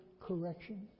correction